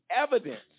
evidence